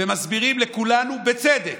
ומסבירים לכולנו, בצדק,